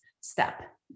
step